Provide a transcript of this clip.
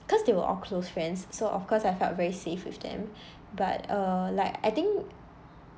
because they were all close friends so of course I felt very safe with them but uh like I think